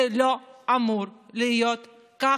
זה לא אמור להיות ככה.